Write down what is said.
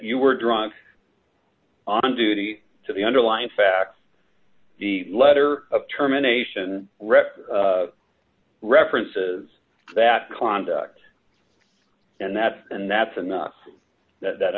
you were drunk on duty to the underlying facts the letter of terminations rep references that conduct and that's and that's enough that